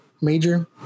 major